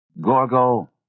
Gorgo